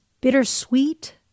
bittersweet